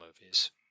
movies